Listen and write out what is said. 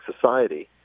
Society